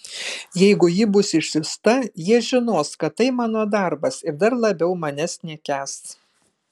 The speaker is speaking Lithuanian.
jeigu ji bus išsiųsta jie žinos kad tai mano darbas ir dar labiau manęs nekęs